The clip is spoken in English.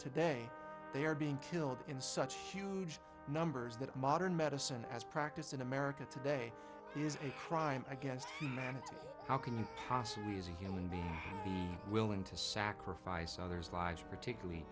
today they are being killed in such huge numbers that modern medicine as practiced in america today is a crime against humanity how can you possibly as a human being be willing to sacrifice others lives particularly